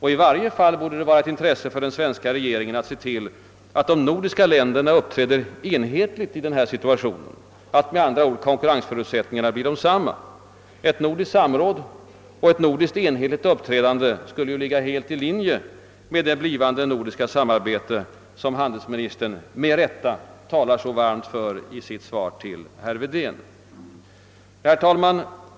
I varje fall borde det vara av intresse för den svenska regeringen att se till att de nordiska länderna i denna situation uppträder enhetligt, med andra ord att konkurrensförutsättningarna blir desamma. Ett nordiskt samråd och ett nordiskt enhetligt uppträdande skulle ligga helt i linje med det blivande nordiska samarbete som handelsministern med rätta talar så varmt för i sitt svar till herr Wedén. Herr talman!